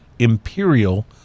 Imperial